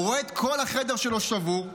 הוא רואה את כל החדר שלו שבור,